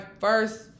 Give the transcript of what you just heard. first